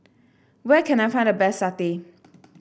where can I find the best satay